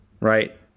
right